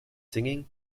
singing